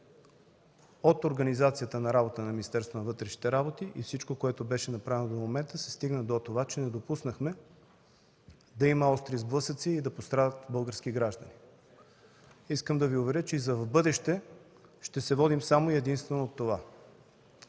вътрешните работи и всичко, което беше направено до момента, се стигна до това, че не допуснахме да има остри сблъсъци и да пострадат български граждани. Искам да Ви уверя, че и в бъдеще ще се водим само и единствено от това.